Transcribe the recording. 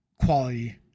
quality